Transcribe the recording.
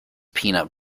peanut